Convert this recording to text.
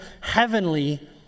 heavenly